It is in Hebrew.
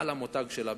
על המותג שלה,